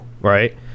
right